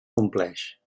compleix